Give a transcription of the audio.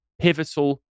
pivotal